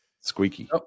Squeaky